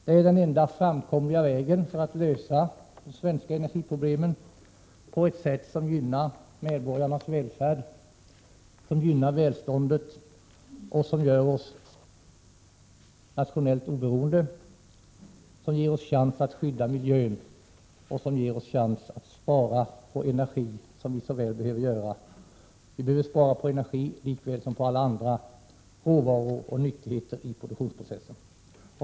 Det är den enda framkomliga vägen för att lösa de svenska energiproblemen på ett sätt som gynnar medborgarnas välfärd och välstånd och som gör oss nationellt oberoende, ger oss chans att skydda miljön och möjlighet att spara på energi, vilket vi så väl behöver göra. Vi behöver spara på energi lika väl som på alla andra råvaror och nyttigheter i produktionsprocessen.